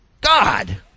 God